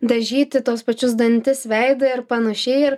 dažyti tuos pačius dantis veidą ir panašiai ir